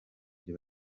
byo